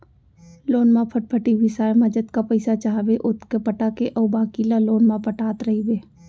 loan म फटफटी बिसाए म जतका पइसा चाहबे ओतका पटा दे अउ बाकी ल लोन म पटात रइबे